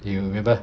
you remember